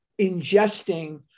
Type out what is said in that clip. ingesting